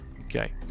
Okay